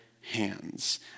hands